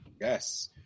Yes